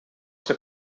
ser